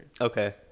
Okay